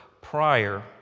prior